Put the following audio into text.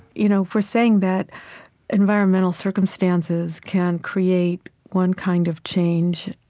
you know if we're saying that environmental circumstances can create one kind of change,